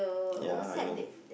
ya I know